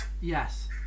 Yes